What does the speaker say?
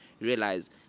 Realize